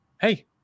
Hey